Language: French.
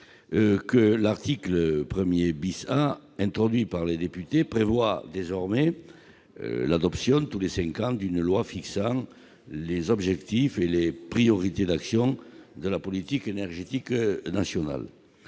que l'article 1 A, introduit par les députés, prévoit désormais l'adoption tous les cinq ans d'une loi fixant les objectifs et les priorités d'action de la politique énergétique nationale.